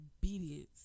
obedience